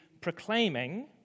proclaiming